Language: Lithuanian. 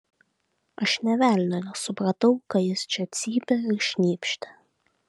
aš nė velnio nesupratau ką jis čia cypė ir šnypštė